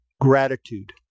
Gratitude